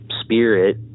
spirit